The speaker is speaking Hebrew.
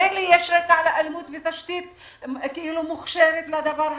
מילא אם היה רקע לאלימות ותשתית מוכשרת לדבר הזה,